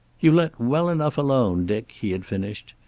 you let well enough alone, dick, he had finished.